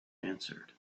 answered